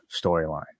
storyline